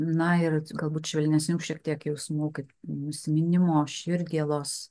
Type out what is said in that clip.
na ir galbūt švelnesnių šiek tiek jausmų kaip nusiminimo širdgėlos